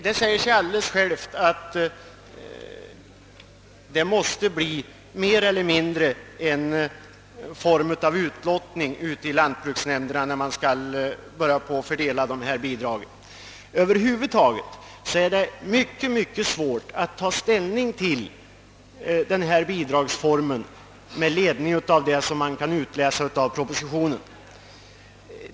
Det säger sig självt att det mer eller mindre måste bli en form av utlottning i lantbruksnämnderna när dessa bidrag skall fördelas. Det är över huvud taget mycket svårt att ta ställning till bidragsformen med ledning av vad som kan utläsas av propositionen.